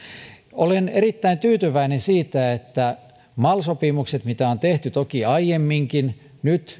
olen erittäin tyytyväinen siitä että mal sopimukset mitä on toki tehty aiemminkin nyt